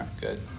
good